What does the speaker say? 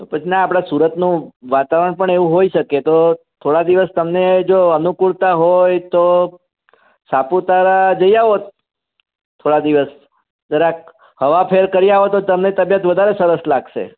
તો પછી ના આપણા સુરતનું વાતાવરણ પણ એવું હોઈ શકે તો થોડા દિવસ તમને જો અનુકૂળતા હોય તો સાપુતારા જઈ આવો થોડા દિવસ જરાક હવા ફેર કરી આવો તો તમને તબિયત વધારે સરસ લાગશે